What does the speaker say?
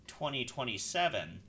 2027